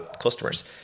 customers